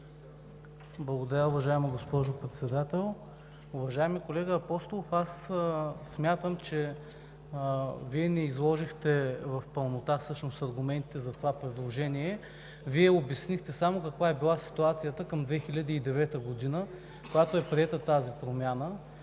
Благодаря, уважаема госпожо Председател. Уважаеми колега Апостолов, смятам, че Вие не изложихте в пълнота аргументите за това предложение, обяснихте само каква е била ситуацията към 2009 г., когато е приета тази промяна,